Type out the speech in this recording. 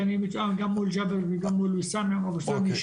כי אני מותאם גם מול ג'אבר וגם מול ויסאם --- אוקיי.